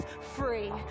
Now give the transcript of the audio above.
free